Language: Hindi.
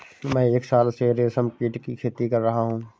मैं एक साल से रेशमकीट की खेती कर रहा हूँ